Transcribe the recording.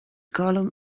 column